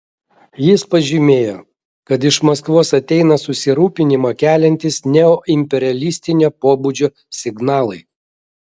jis pažymėjo kad iš maskvos ateina susirūpinimą keliantys neoimperialistinio pobūdžio signalai